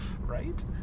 right